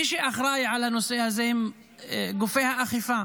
מי שאחראים על הנושא הזה הם גופי האכיפה,